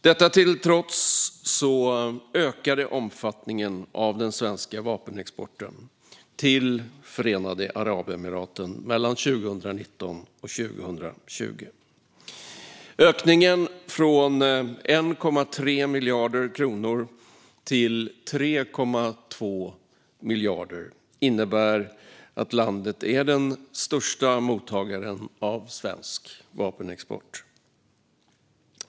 Detta till trots ökade omfattningen av den svenska vapenexporten till Förenade Arabemiraten mellan 2019 och 2020. Ökningen, från 1,3 miljarder kronor till 3,2 miljarder kronor, innebär att landet är den största mottagaren av svensk vapenexport.